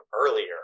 earlier